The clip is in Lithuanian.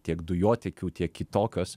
tiek dujotiekių tiek kitokios